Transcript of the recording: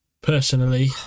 Personally